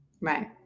Right